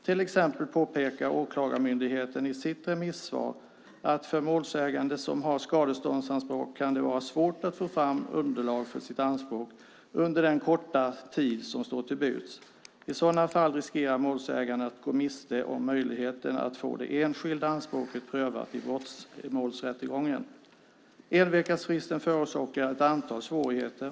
Till exempel påpekar Åklagarmyndigheten i sitt remissvar att för målsägande som har skadeståndsanspråk kan det vara svårt att få fram underlag för sitt anspråk under den korta tid som står till buds. I sådana fall riskerar målsäganden att gå miste om möjligheten att få det enskilda anspråket prövat i brottmålsrättegången. Enveckasfristen förorsakar ett antal svårigheter.